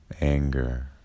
anger